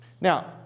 Now